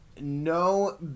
no